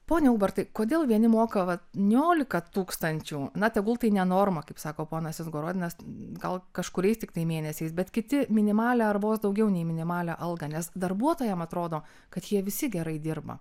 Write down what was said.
pone ubartai kodėl vieni moka vat niolika tūkstančių na tegul tai ne norma kaip sako ponas izgnoruodinas gal kažkuriais tiktai mėnesiais bet kiti minimalią ar vos daugiau nei minimalią algą nes darbuotojam atrodo kad jie visi gerai dirba